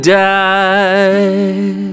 die